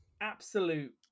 absolute